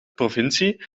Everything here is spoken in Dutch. provincie